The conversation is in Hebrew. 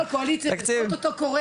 הקואליציה אוטוטו קוראת.